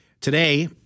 Today